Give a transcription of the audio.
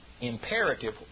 Imperative